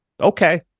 Okay